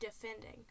defending